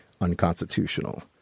unconstitutional